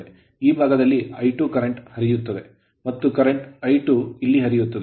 ಈ ಭಾಗದಲ್ಲಿ I2 current current ಹರಿಯುತ್ತದೆ ಮತ್ತು current ಕರೆಂಟ್ I1 ಇಲ್ಲಿ ಹರಿಯುತ್ತದೆ